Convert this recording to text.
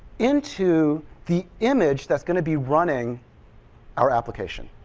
into the image that's going to be running our application.